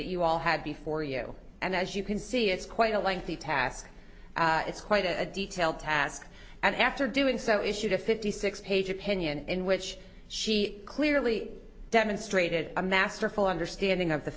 that you all had before you and as you can see it's quite a lengthy task it's quite a detailed task and after doing so issued a fifty six page opinion in which she clearly demonstrated a masterful understanding of the